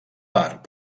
part